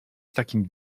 takim